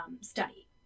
study